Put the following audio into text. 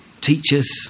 teachers